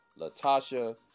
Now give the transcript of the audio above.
latasha